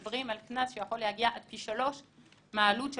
מדברים על קנס שיכול להגיע עד פי 3 מהעלות של